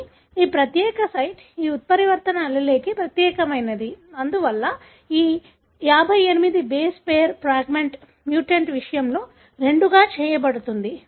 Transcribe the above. కానీ ఈ ప్రత్యేక సైట్ ఈ ఉత్పరివర్తన allele కి ప్రత్యేకమైనది అందువల్ల ఈ 58 బేస్ పెయిర్ ఫ్రాగ్మెంట్ మ్యూటాంట్ విషయంలో రెండుగా చేయబడుతుంది